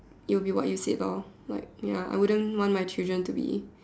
it will be what you said lor like ya I wouldn't want my children to be